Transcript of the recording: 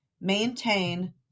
maintain